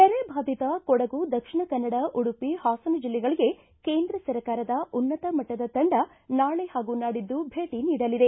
ನೆರೆಬಾಧಿತ ಕೊಡಗು ದಕ್ಷಿಣ ಕನ್ನಡ ಉಡುಪಿ ಹಾಸನ ಜಿಲ್ಲೆಗಳಗೆ ಕೇಂದ್ರ ಸರ್ಕಾರದ ಉನ್ನತ ಮಟ್ಟದ ತಂಡ ನಾಳೆ ಹಾಗೂ ನಾಡಿದ್ದು ಭೇಟಿ ನೀಡಲಿದೆ